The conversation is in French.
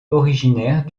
originaire